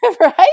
Right